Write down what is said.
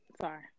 Sorry